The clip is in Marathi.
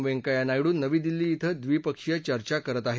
वंकैय्या नायडू नवी दिल्ली इथं द्विपक्षीय चर्चा करत आहेत